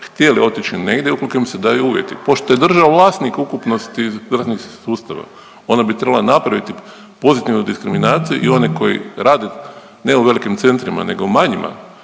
htjeli otići negdje ukoliko im se daju uvjeti. Pošto je država vlasnik ukupnosti zdravstvenog sustava ona bi trebala napraviti pozitivnu diskriminaciju i one koji rade ne u velikim centrima nego manjima